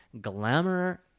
glamour